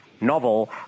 novel